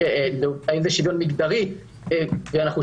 האם זה